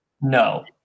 no